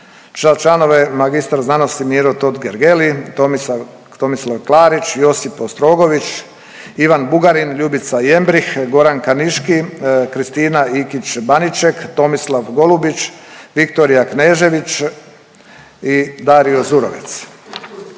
za članove mag sc. Miro Totgergeli, Tomislav Klarić, Josip Ostrogović, Ivan Bugarin, Ljubica Jembrih, Goran Kaniški, Kristina Ikić-Baniček, Tomislav Golubić, Viktorija Knežević I Dario Zurovec.